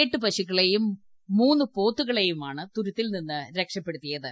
എട്ട് പശുക്കളെയും മൂന്ന് പോത്തുകളെയുമാണ് തുരുത്തിൽ നിന്ന് രക്ഷപ്പെടുത്തിയത്